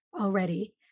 already